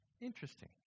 Interesting